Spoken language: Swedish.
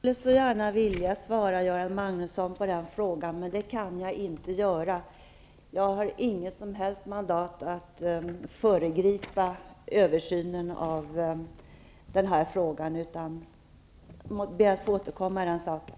Herr talman! Jag skulle så gärna vilja svara på den frågan, Göran Magnusson, men det kan jag inte göra. Jag har inget som helst mandat att föregripa översynen av den här frågan, utan jag ber att få återkomma i den saken.